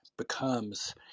becomes